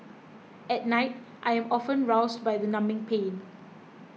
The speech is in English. at night I am often roused by the numbing pain